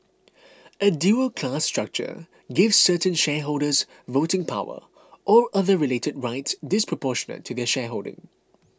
a dual class structure gives certain shareholders voting power or other related rights disproportionate to their shareholding